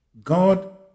god